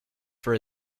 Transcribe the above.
for